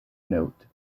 note